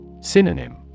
Synonym